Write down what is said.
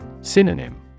Synonym